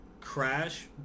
Crash